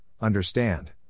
understand